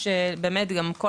כל הגורמים,